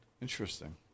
Interesting